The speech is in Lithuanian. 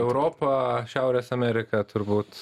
europa šiaurės ameriką turbūt